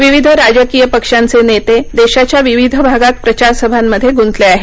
विविध राजकीय पक्षांचे नेते देशाच्या विविध भागात प्रचारसभांमध्ये गुंतले आहेत